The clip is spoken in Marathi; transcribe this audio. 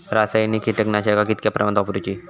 रासायनिक कीटकनाशका कितक्या प्रमाणात वापरूची?